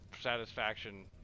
satisfaction